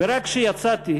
ורק כשיצאתי